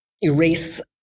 erase